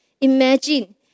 Imagine